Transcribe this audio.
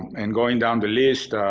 and going down the list,